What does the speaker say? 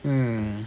hmm